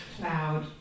cloud